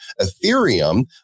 ethereum